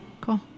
Cool